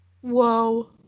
whoa